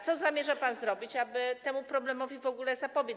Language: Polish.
Co zamierza pan zrobić, aby temu problemowi zapobiec?